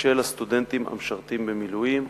של הסטודנטים המשרתים במילואים.